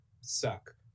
suck